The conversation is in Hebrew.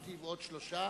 אותי ועוד שלושה,